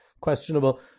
questionable